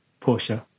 Porsche